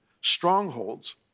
Strongholds